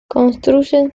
construyen